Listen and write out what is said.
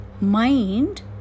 mind